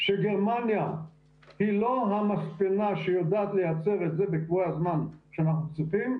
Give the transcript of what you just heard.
שגרמניה היא לא המספנה שיודעת לייצר את זה בקבועי הזמן שאנחנו צריכים,